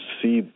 see